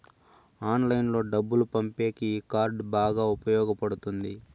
ఆన్లైన్లో డబ్బులు పంపేకి ఈ కార్డ్ బాగా ఉపయోగపడుతుంది